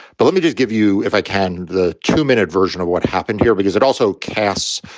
but let me just give you, if i can, the two minute version of what happened here, because it also casts,